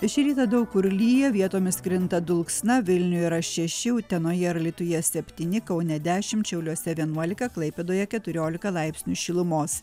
šį rytą daug kur lyja vietomis krinta dulksna vilniuje yra šeši utenoje ir alytuje septyni kaune dešim šiauliuose vienuolika klaipėdoje keturiolika laipsnių šilumos